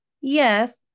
Yes